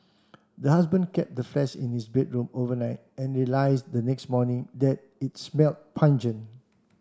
the husband kept the in his bedroom overnight and realize the next morning that it smelt pungent